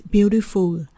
Beautiful